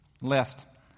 left